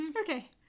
Okay